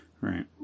Right